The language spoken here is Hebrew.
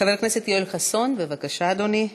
חבר הכנסת יואל חסון, בבקשה, אדוני.